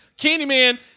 Candyman